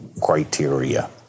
criteria